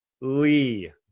Lee